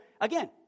again